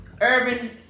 urban